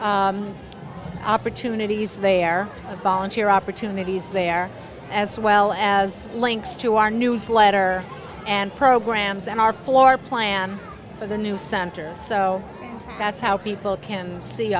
opportunities there volunteer opportunities there as well as links to our newsletter and programs and our floor plan for the new center so that's how people can see